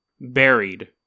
Buried